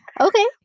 Okay